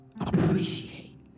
appreciate